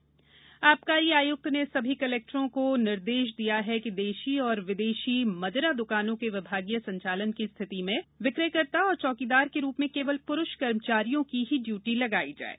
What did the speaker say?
आबकारी निर्देश आबकारी आयक्त ने सभी कलेक्टर्स को निर्देशित किया है कि देशी और विदेशी मदिरा दकानों के विभागीय संचालन की स्थिति में विक्रयकर्ता और चौकीदार के रूप में केवल पुरुष कर्मचारियों की ही ड्यूटी लगाई जाये